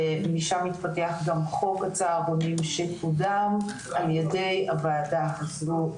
וחוק הצהרונים שקודם על ידי הוועדה הזו.